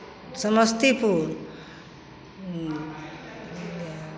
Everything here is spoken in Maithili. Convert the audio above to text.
समस्तीपुर